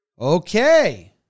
Okay